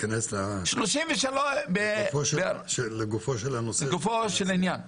נתכנס לגופו של עניין.